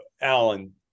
Alan –